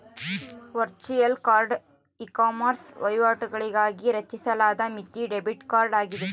virtual card ecommerce ವಹಿವಾಟುಗಳಿಗಾಗಿ ರಚಿಸಲಾದ ಮಿತಿ ಡೆಬಿಟ್ ಕಾರ್ಡ್ ಆಗಿದೆ